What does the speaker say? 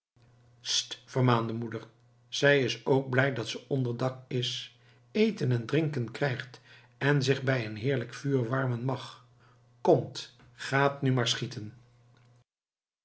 vermaande moeder zij is ook blij dat ze onder dak is eten en drinken krijgt en zich bij een heerlijk vuur warmen mag komt gaat nu maar schieten